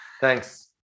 Thanks